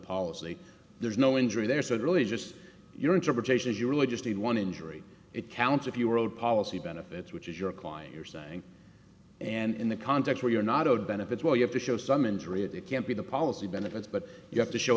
policy there's no injury there so it really is just your interpretation as you really just need one injury it counts if you are old policy benefits which is your client you're saying and in the context where you're not owed benefits well you have to show some injury and it can't be the policy benefits but you have to show